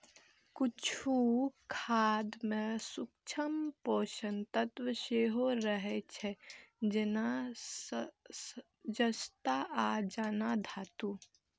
किछु खाद मे सूक्ष्म पोषक तत्व सेहो रहै छै, जेना जस्ता आ आन धातु